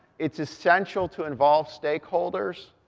it's essential to involve stakeholders,